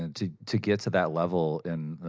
and to to get to that level in, ah,